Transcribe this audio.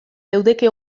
leudeke